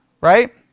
right